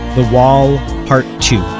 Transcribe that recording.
the wall part ii,